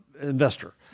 investor